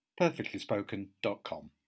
perfectlyspoken.com